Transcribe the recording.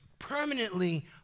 permanently